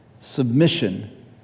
submission